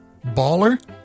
Baller